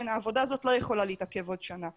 העבודה הזאת לא יכולה להתעכב עוד שנה.